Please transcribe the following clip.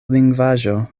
lingvaĵo